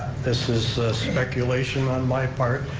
this is speculation on my part,